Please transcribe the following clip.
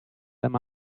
them